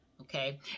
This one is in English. okay